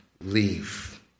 leave